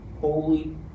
holy